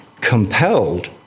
compelled